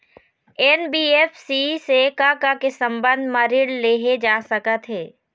NBFC से का का के संबंध म ऋण लेहे जा सकत हे?